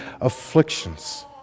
afflictions